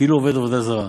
וכאילו עובד" עבודת זרה.